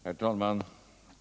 Herr talman!